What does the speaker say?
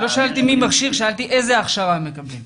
לא שאלתי מי מכשיר, שאלתי איזה הכשרה מקבלים.